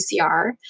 PCR